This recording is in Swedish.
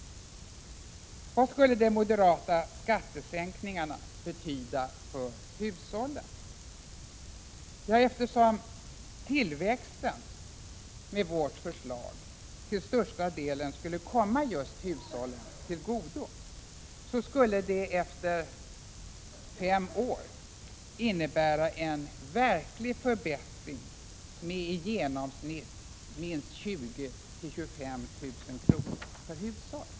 Vad skulle de moderata skattesänkningarna betyda för hushållen? Ja, eftersom tillväxten enligt vårt förslag till största delen skulle komma just hushållen till godo skulle det efter fem år innebära en verklig förbättring med i genomsnitt minst 20 000—25 000 kr. per hushåll.